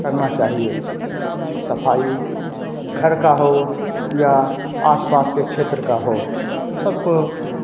करना चाहिए सफाई घर का हो या आस पास के क्षेत्र का हो